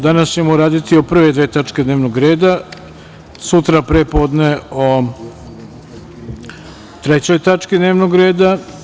Danas ćemo raditi o prve dve tačke dnevnog reda, sutra pre podne o trećoj tački dnevnog reda.